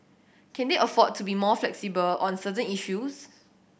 can they afford to be more flexible on certain issues